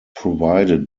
provided